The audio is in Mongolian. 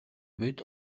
бид